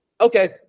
okay